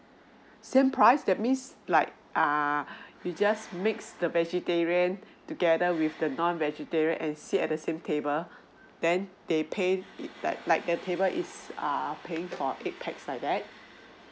same price that means like err you just mix the vegetarian together with the non-vegetarian and seat at the same table then they pay like like the table is err paying for eight pax like that